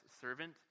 servant